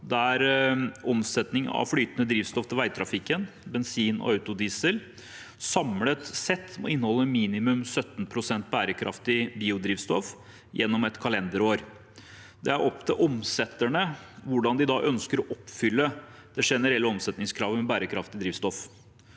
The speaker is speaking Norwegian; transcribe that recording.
der omsetning av flytende drivstoff til veitrafikken, bensin og autodiesel samlet sett må inneholde minimum 17 pst. bærekraftig biodrivstoff gjennom et kalenderår. Det er opp til omsetterne hvordan de ønsker å oppfylle det generelle omsetningskravet om bærekraftig drivstoff.